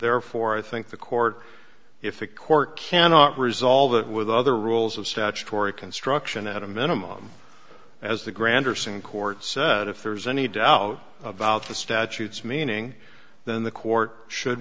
therefore i think the court if the court cannot resolve that with other rules of statutory construction at a minimum as the granderson court said if there's any doubt about the statutes meaning then the court should